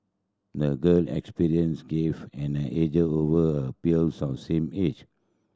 the girl experiences gave an edge over her peers of the same age